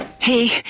Hey